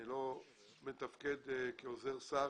אני לא מתפקד כעוזר שר,